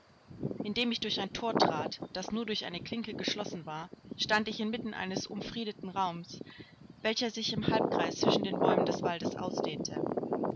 indem ich durch ein thor trat das nur durch eine klinke geschlossen war stand ich inmitten eines umfriedeten raums welcher sich im halbkreis zwischen den bäumen des waldes ausdehnte